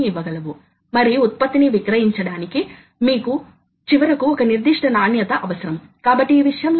అదేవిధంగా బ్లాక్ లు క్రమం లో అమలు చేయాలి అందుకే మీకు బ్లాక్ నంబర్ ఉండాలి